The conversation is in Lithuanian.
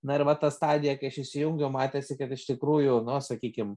na ir va ta stadija kai aš įsijungiau matėsi kad iš tikrųjų na sakykim